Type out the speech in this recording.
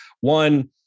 One